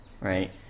right